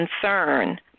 concern